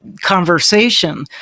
conversation